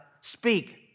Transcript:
speak